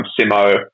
Simo